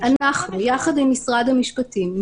אנחנו יחד עם משרד המשפטים,